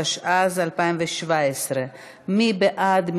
התשע"ז 2017. מי בעד?